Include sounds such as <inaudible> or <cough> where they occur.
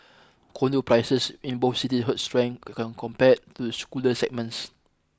condo prices in both city held strength <unintelligible> compared to the <unintelligible> segments